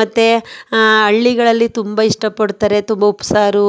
ಮತ್ತು ಹಳ್ಳಿಗಳಲ್ಲಿ ತುಂಬ ಇಷ್ಟಪಡ್ತಾರೆ ತುಂಬ ಉಪ್ಸಾರು